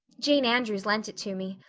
jane andrews lent it to me.